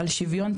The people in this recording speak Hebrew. על שוויון,